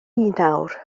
nawr